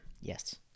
yes